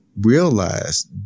realize